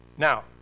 Now